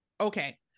Okay